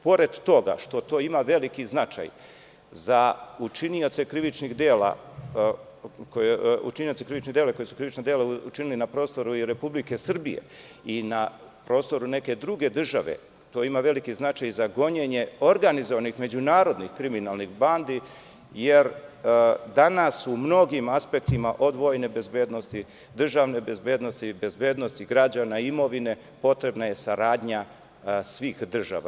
Pored toga što to ima veliki značaj za učinioce krivičnih dela koji su krivična dela učinili na prostoru Republike Srbije i na prostoru neke druge države, to ima veliki značaj i za gonjenje organizovanih međunarodnih kriminalnih bandi, jer danas u mnogim aspektima od vojne bezbednosti, državne bezbednosti i bezbednosti građana imovine potrebna je saradnja svih država.